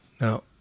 Now